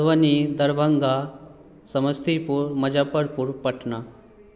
Madhubani Darbhanga Samastipur Muzaffarpur Patna